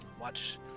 watch